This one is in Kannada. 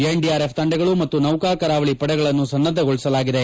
ಎನ್ಡಿಆರ್ಎಫ್ ತಂಡಗಳು ಮತ್ತು ನೌಕಾ ಕರಾವಳಿ ಪಡೆಗಳನ್ನು ಸನ್ನದ್ದಗೊಳಿಸಲಾಗಿದೆ